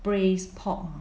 braised pork